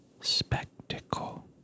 spectacle